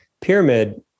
pyramid